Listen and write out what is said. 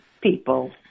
people